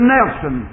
Nelson